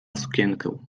sukienkę